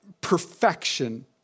perfection